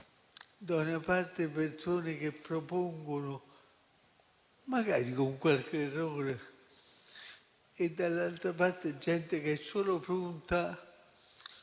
da una parte persone che propongono, magari con qualche errore, e dall'altra parte gente che è solo pronta alla ghigliottina